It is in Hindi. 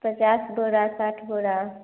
पचास बोरा साठ बोरा